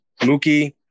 Mookie